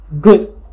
good